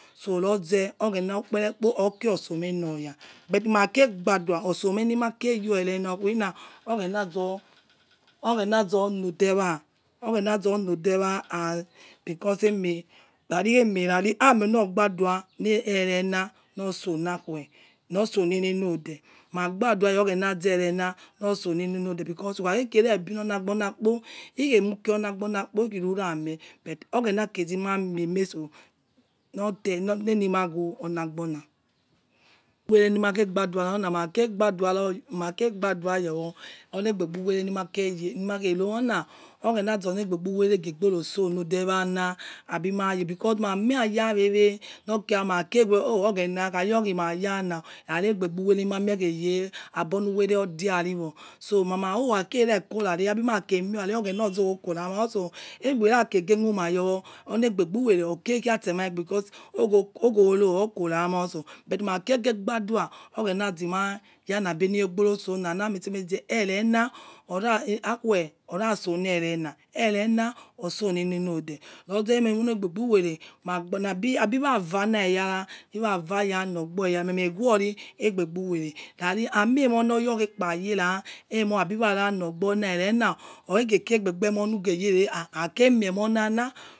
So loghe ukpere kpo okia osomie loya osomie lima kere irena oghena zolo dewa lozo lodewa khai ema ligha bado wa loso la' agbo sola elelo ide loso le lode wa and because emai khai khe me oimio logba do wa lere na lo so lekhue loze re olo so le le ode ma gba dua' a oghena loso lile lo'ode. Ukhare lilo or nagbona kpo umu kere ọla gbona kpo oghena zema mie mie so lode itse lema ghu olagbona owele limake gbaduwa make gbadua yo uwere limake yowo ha oghena zole gbegbu wele reso le' ala abi maye because ma huaya wewe oghena akha yo yima yala asuhuwele derawo ogwo kura abukoro yo itso aigbe kuma yowo because ogworo oikoro mai somi maikege gbadua'a ya' la beaile bora ouse ecina aklua ora itso me lierena erena oloso lele'do ogomo kha yele aigbuwele oyara mie ghowon aibe by uwele uluwaghe kpa yere oigekekire aigbe mo aige miomo lana